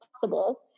possible